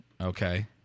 Okay